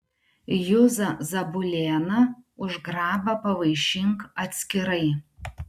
juzą zabulėną už grabą pavaišink atskirai